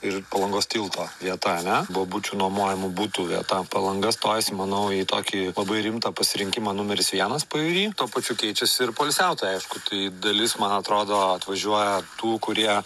ir palangos tilto vieta ane bobučių nuomojamų butų vieta palanga stojasi manau į tokį labai rimtą pasirinkimą numeris vienas pajūry tuo pačiu keičiasi ir poilsiautojai aišku tai dalis man atrodo atvažiuoja tų kurie